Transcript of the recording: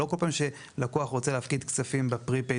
לא כל פעם שלקוח רוצה להפקיד כספים ב"פרי-פייד",